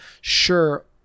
sure